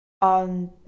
on